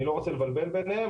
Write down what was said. אני לא רוצה לבלבל ביניהם,